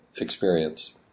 experience